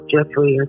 Jeffrey